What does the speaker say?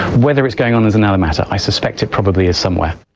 whether it's going on is another matter. i suspect it probably is somewhere.